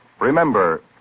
Remember